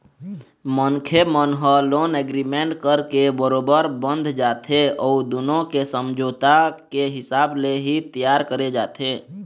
मनखे मन ह लोन एग्रीमेंट करके बरोबर बंध जाथे अउ दुनो के समझौता के हिसाब ले ही तियार करे जाथे